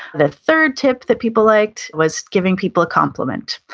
the third tip that people liked was giving people a compliment.